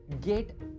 get